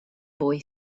boy